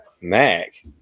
Mac